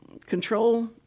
control